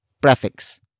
prefix